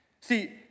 See